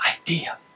idea